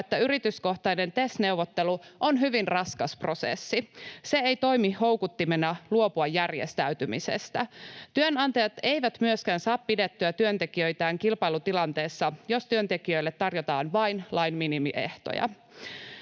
että yrityskohtainen TES-neuvottelu on hyvin raskas prosessi. Se ei toimi houkuttimena luopua järjestäytymisestä. Työnantajat eivät myöskään saa pidettyä työntekijöitään kilpailutilanteessa, jos työntekijöille tarjotaan vain lain minimiehtoja.